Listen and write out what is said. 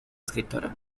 escritora